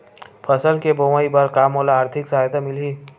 फसल के बोआई बर का मोला आर्थिक सहायता मिलही?